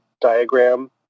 Diagram